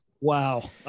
Wow